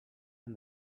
and